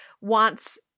wants